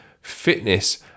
fitness